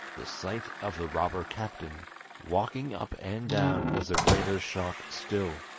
the sight of the robber captain walking up and down was a greater shock still.